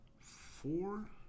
four